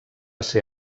ser